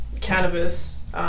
cannabis